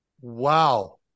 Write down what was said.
wow